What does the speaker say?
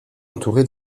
entouré